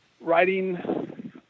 writing